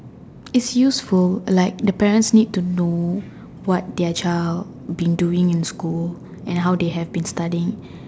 its useful like the parents need to know what their child been doing in school and how they have been studying